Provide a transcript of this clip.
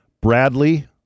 Bradley